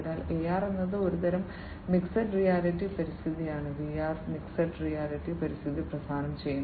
അതിനാൽ AR എന്നത് ഒരുതരം മിക്സഡ് റിയാലിറ്റി പരിസ്ഥിതിയാണ് VR മിക്സഡ് റിയാലിറ്റി പരിസ്ഥിതി പ്രദാനം ചെയ്യുന്നു